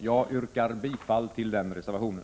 Jag yrkar bifall till den reservationen.